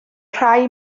rhai